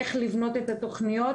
איך לבנות את התוכניות,